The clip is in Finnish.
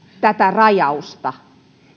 tätä rajausta